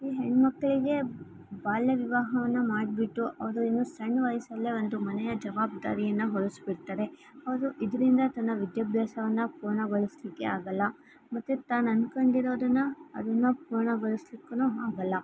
ಈ ಹೆಣ್ಮಕ್ಕಳಿಗೆ ಬಾಲ್ಯ ವಿವಾಹವನ್ನು ಮಾಡಿಬಿಟ್ಟು ಅವರು ಇನ್ನೂ ಸಣ್ಣ ವಯ್ಸಲ್ಲೇ ಒಂದು ಮನೆಯ ಜವಾಬ್ದಾರಿಯನ್ನು ಹೊರಿಸ್ಬಿಡ್ತಾರೆ ಅವರು ಇದರಿಂದ ತನ್ನ ವಿದ್ಯಾಭ್ಯಾಸವನ್ನ ಪೂರ್ಣಗೊಳಿಸ್ಲಿಕ್ಕೆ ಆಗಲ್ಲ ಮತ್ತು ತಾನು ಅನ್ಕೊಂಡಿರೋದನ್ನು ಅದನ್ನ ಪೂರ್ಣಗೊಳಿಸಲಿಕ್ಕು ಆಗಲ್ಲ